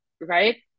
right